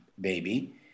baby